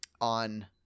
on